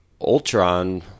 Ultron